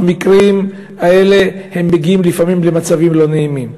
במקרים האלה מגיעים לפעמים למצבים לא נעימים.